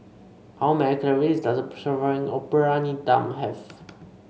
how many calories does a serving of Briyani Dum have